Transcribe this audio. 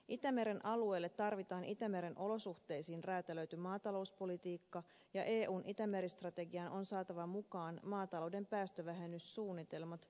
itämeren alueelle tarvitaan itämeren olosuhteisiin räätälöity maatalouspolitiikka ja eun itämeri strategiaan on saatava mukaan maatalouden päästövähennyssuunnitelmat päästökiintiöineen